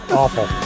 awful